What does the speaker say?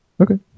Okay